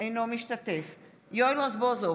אינו משתתף בהצבעה יואל רזבוזוב,